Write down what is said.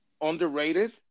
underrated